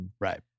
Right